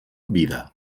vida